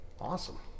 Awesome